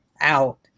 out